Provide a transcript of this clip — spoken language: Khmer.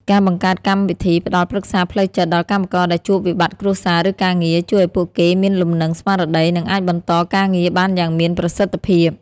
ការបង្កើតកម្មវិធីផ្តល់ប្រឹក្សាផ្លូវចិត្តដល់កម្មករដែលជួបវិបត្តិគ្រួសារ ឬការងារ ជួយឱ្យពួកគេមានលំនឹងស្មារតី និងអាចបន្តការងារបានយ៉ាងមានប្រសិទ្ធភាព។